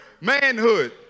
manhood